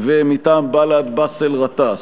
מטעם בל"ד: באסל גטאס.